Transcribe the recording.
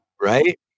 Right